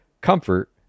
comfort